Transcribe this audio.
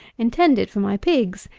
intended for my pigs,